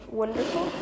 wonderful